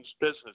business